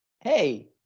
hey